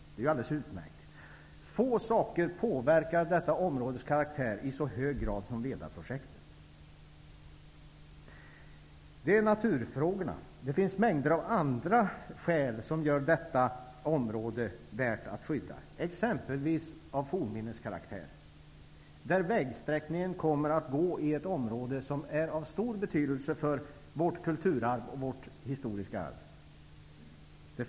Det är ju alldeles utmärkt. Få saker påverkar detta områdes karaktär i så hög grad som Det här var naturfrågorna. Det finns mängder av andra skäl som gör detta område värt att skydda, t.ex. fornminnen. Denna vägsträckning kommer att gå i ett område som är av stor betydelse för vårt kulturarv och vårt historiska arv.